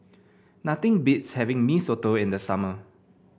nothing beats having Mee Soto in the summer